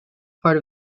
part